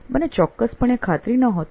મને ચોક્કસપણે ખાતરી નહોતી